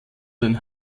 den